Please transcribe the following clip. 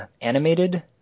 animated